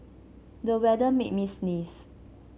the weather made me sneeze